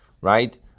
right